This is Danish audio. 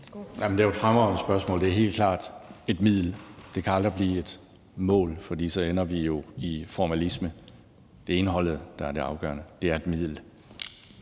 det er jo et fremragende spørgsmål. Det er helt klart et middel. Det kan aldrig blive et mål, for så ender vi jo i formalisme. Det er indholdet, der er det afgørende. Det er et middel.